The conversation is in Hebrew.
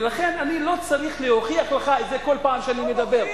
ולכן אני לא צריך להוכיח לך את זה כל פעם שאני מדבר.